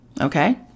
Okay